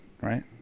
right